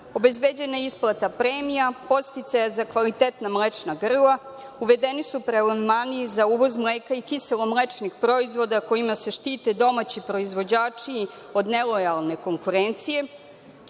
obezbeđena je isplata premija, podsticaja za kvalitetna mlečna grla, uvedeni su prelevmani za uvoz mleka i kiselo mlečnih proizvoda kojima se štite domaći proizvođači od nelojalne konkurencije,